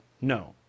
No